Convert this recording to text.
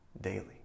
daily